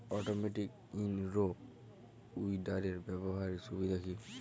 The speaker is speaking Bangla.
অটোমেটিক ইন রো উইডারের ব্যবহারের সুবিধা কি?